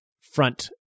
front